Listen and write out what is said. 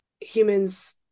humans